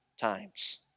times